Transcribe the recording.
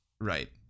Right